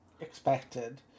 expected